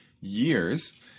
years